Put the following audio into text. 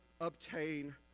obtain